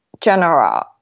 general